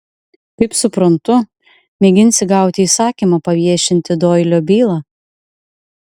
kaip suprantu mėginsi gauti įsakymą paviešinti doilio bylą